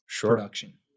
production